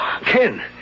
Ken